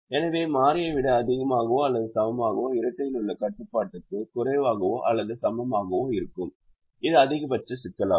எனவே மாறியை விட அதிகமாகவோ அல்லது சமமாகவோ இரட்டையிலுள்ள கட்டுப்பாட்டுக்கு குறைவாகவோ அல்லது சமமாகவோ இருக்கும் இது அதிகபட்ச சிக்கலாகும்